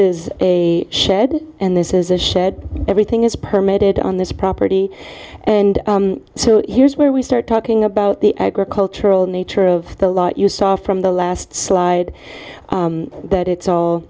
is a shed and this is a shed everything is permitted on this property and so here's where we start talking about the agricultural nature of the lot you saw from the last slide that it's all